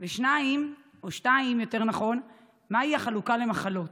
2. מהי החלוקה למחלות,